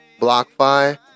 BlockFi